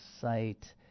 site